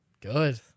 Good